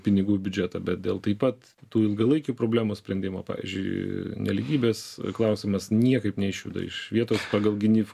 pinigų į biudžetą bet dėl taip pat tų ilgalaikių problemų sprendimo pavyzdžiui nelygybės klausimas niekaip neišjuda iš vietos pagal gynyf